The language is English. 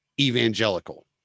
evangelical